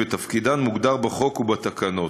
ותפקידן מוגדר בחוק ובתקנות.